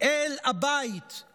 אל הבית,